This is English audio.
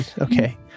Okay